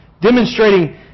Demonstrating